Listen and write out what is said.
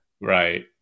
Right